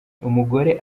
umugore